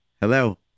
Hello